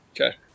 Okay